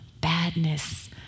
badness